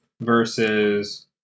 versus